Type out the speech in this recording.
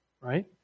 right